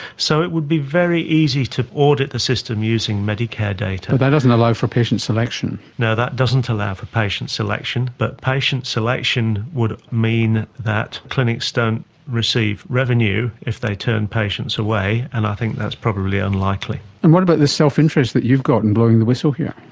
so it would be very easy to audit the system using medicare data. but that doesn't allow for patient selection. no, that doesn't allow for patient selection, but patient selection would mean that clinics don't receive revenue if they turn patients away, and i think that's probably unlikely. and what about this self-interest that you've got in blowing the whistle here?